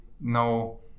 no